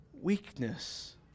weakness